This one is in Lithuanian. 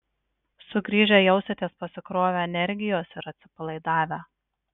sugrįžę jausitės pasikrovę energijos ir atsipalaidavę